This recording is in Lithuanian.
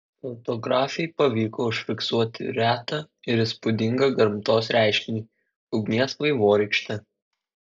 fotografei pavyko užfiksuoti retą ir įspūdingą gamtos reiškinį ugnies vaivorykštę